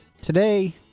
Today